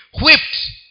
whipped